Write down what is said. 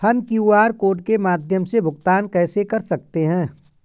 हम QR code के माध्यम से भुगतान कैसे कर सकते हैं?